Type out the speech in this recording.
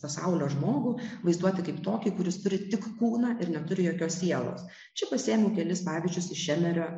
pasaulio žmogų vaizduoti kaip tokį kuris turi tik kūną ir neturi jokios sielos čia pasiėmiau kelis pavyzdžius iš šemerio